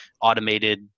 automated